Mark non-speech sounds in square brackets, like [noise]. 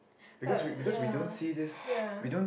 but ya [breath] ya